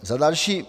Za další.